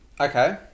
Okay